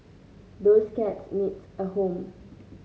those cats needs a home